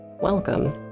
welcome